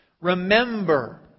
remember